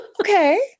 okay